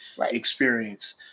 experience